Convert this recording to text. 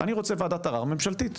אני רוצה וועדת ערער ממשלתית,